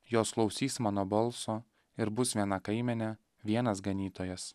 jos klausys mano balso ir bus viena kaimenė vienas ganytojas